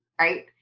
Right